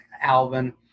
Alvin